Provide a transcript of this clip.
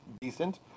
decent